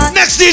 Next